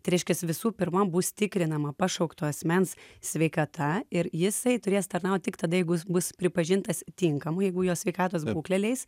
tai reiškias visų pirma bus tikrinama pašaukto asmens sveikata ir jisai turės tarnaut tik tada jeigu jis bus pripažintas tinkamu jeigu jo sveikatos būklė leis